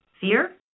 fear